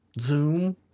zoom